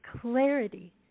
clarity